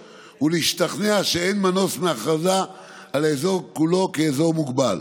ולהשתכנע שאין מנוס מהכרזה על האזור כולו כאזור מוגבל,